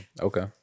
Okay